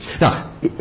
Now